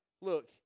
look